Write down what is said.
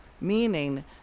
meaning